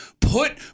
put